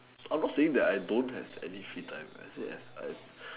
I not saying that I don't have any free time I said as I